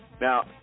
Now